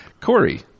Corey